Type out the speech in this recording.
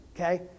okay